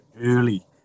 early